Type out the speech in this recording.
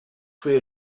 where